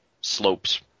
slopes